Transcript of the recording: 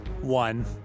One